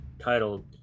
titled